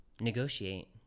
negotiate